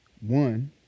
One